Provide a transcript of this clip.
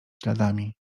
śladami